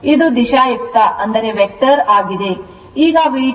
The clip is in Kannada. ಇದು ದಿಶಾಯುಕ್ತವಾಗಿದೆ